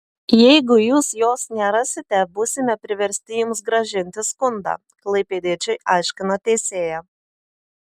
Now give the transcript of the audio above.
jeigu jūs jos nerasite būsime priversti jums grąžinti skundą klaipėdiečiui aiškino teisėja